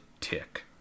tick